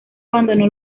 abandonó